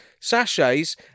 sachets